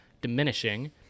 diminishing